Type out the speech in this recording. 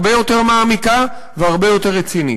הרבה יותר מעמיקה והרבה יותר רצינית.